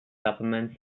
supplements